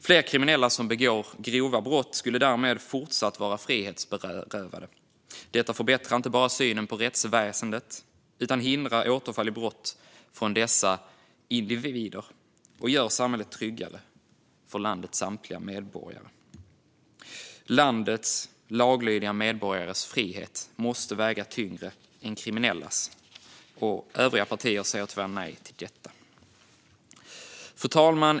Fler kriminella som begår grova brott skulle därmed fortsätta vara frihetsberövade. Detta skulle inte bara förbättra synen på rättsväsendet utan också förhindra dessa individers återfall i brott och göra samhället tryggare för samtliga medborgare. Landets laglydiga medborgares frihet måste väga tyngre än kriminellas. Tyvärr säger övriga partier nej till detta. Fru talman!